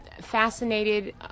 fascinated